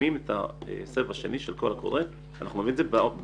מסיימים את הסבב השני של הקול הקורא ואנחנו נביא את זה במידי.